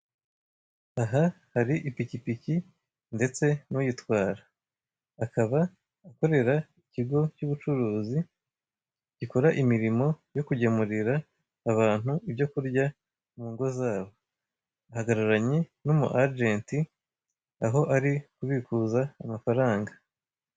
Aha hari ipikipiki ndetse n'uyitwara akaba akorera ikigo cy'ubucuruzi gikora imirimo yo kugemurira abantu ibyo kurya mu ngo zabo ahagararanye n'umu agent aho ari kubikuza amafaranga.